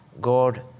God